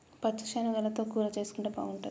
పచ్చ శనగలతో కూర చేసుంటే బాగుంటది